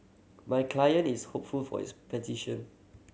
my client is hopeful for his petition